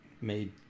made